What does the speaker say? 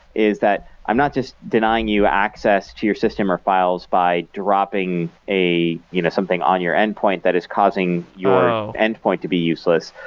is that i'm not just denying you access to your system or files by dropping you know something on your endpoint that is causing your endpoint to be useless,